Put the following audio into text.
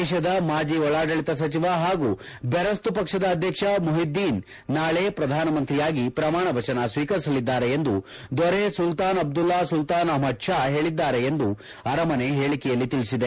ದೇಶದ ಮಾಜಿ ಒಳಾಡಳಿತ ಸಚಿವ ಹಾಗೂ ಬೆರೆಸ್ತು ಪಕ್ಷದ ಅಧ್ಯಕ್ಷ ಮೂಹಿದ್ದೀನ್ ನಾಳೆ ಪ್ರಧಾನಮಂತ್ರಿಯಾಗಿ ಪ್ರಮಾಣ ವಚನ ಸ್ವೀಕರಿಸಲಿದ್ದಾರೆ ಎಂದು ದೊರೆ Sultan Abdullah Sultan Ahmad Shah ಹೇಳಿದ್ದಾರೆ ಎಂದು ಅರಮನೆ ಹೇಳಿಕೆಯಲ್ಲಿ ತಿಳಿಸಿದೆ